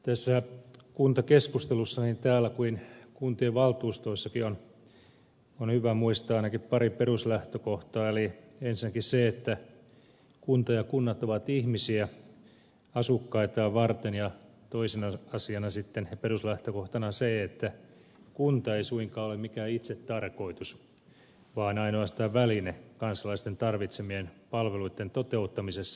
tässä kuntakeskustelussa niin täällä kuin kuntien valtuustoissakin on hyvä muistaa ainakin pari peruslähtökohtaa eli ensinnäkin se että kunta ja kunnat ovat ihmisiä asukkaitaan varten ja toisena asiana sitten peruslähtökohtana se että kunta ei suinkaan ole mikään itsetarkoitus vaan ainoastaan väline kansalaisten tarvitsemien palveluiden toteuttamisessa